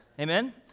Amen